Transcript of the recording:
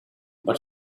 but